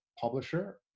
publisher